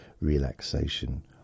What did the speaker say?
relaxation